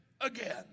again